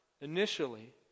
initially